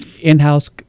in-house